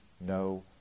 no